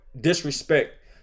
disrespect